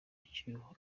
icyuho